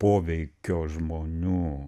poveikio žmonių